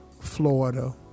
Florida